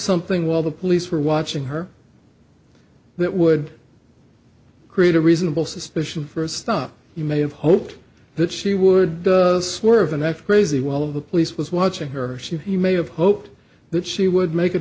something while the police were watching her that would create a reasonable suspicion for a stop you may have hoped that she would swerve the next crazy well of the police was watching her she may have hoped that she would make a